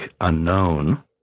unknown